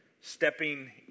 stepping